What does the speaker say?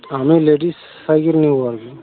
আমি ladies cycle নেবো আর কি